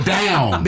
down